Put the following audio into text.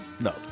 No